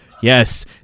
Yes